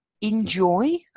enjoy